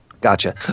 Gotcha